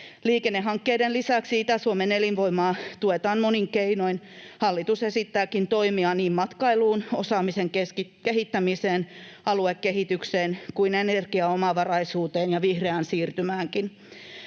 Liikennehankkeiden lisäksi Itä-Suomen elinvoimaa tuetaan monin keinoin. Hallitus esittääkin toimia niin matkailuun, osaamisen kehittämiseen, aluekehitykseen kuin energiaomavaraisuuteen ja vihreään siirtymäänkin.